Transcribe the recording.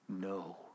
No